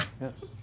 Yes